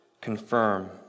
confirm